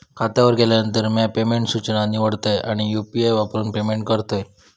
खात्यावर गेल्यानंतर, म्या पेमेंट सूचना निवडतय आणि यू.पी.आई वापरून पेमेंट करतय